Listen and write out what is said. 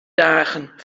dagen